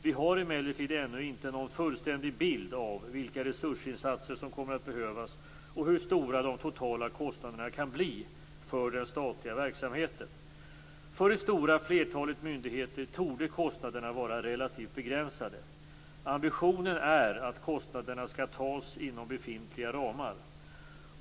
Vi har emellertid ännu inte någon fullständig bild av vilka resursinsatser som kommer att behövas och hur stora de totala kostnaderna kan bli för den statliga verksamheten. För det stora flertalet myndigheter torde kostnaderna vara relativt begränsade. Ambitionen är att kostnaderna skall tas inom befintliga ramar.